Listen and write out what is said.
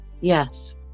yes